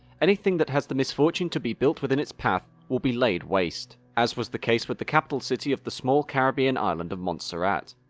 anything that has the misfortune to be built in its path will be laid waste, as was the case with the capital city of the small caribbean island of montserrat.